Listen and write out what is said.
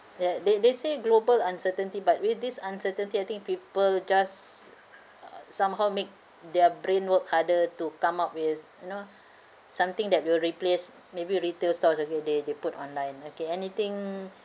yeah they they say global uncertainty but with this uncertainty I think people just uh somehow make their brain work harder to come up with you know something that will replace maybe retail stores okay they they put online okay anything